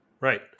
Right